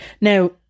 now